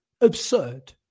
absurd